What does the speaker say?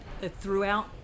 throughout